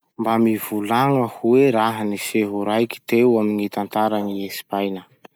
Mba mivolagna hoe raha-niseho raiky teo amy gny tantara gny Espaigna?